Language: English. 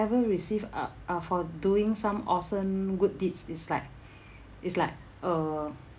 ever received uh uh for doing some awesome good deeds is like is like uh